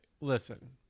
Listen